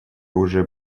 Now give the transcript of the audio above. уже